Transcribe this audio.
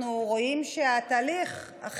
אנחנו רואים שאכן